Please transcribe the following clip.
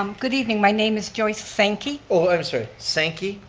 um good evening, my name is joyce sankey. oh, i'm sorry, sankey?